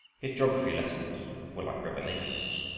his geography lessons were like revelations.